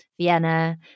Vienna